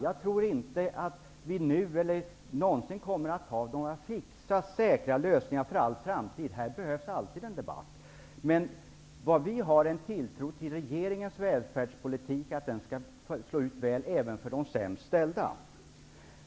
Jag tror inte att vi nu eller någonsin kommer att kunna ha några fixa och säkra lösningar för all framtid. Här behövs alltid en debatt. Vi har en tilltro till att regeringens välfärdspolitik skall slå väl ut även för de sämst ställda.